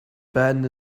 bend